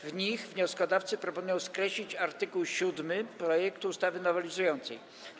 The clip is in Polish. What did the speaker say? W nich wnioskodawcy proponują skreślić art. 7 projektu ustawy nowelizującej.